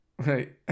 right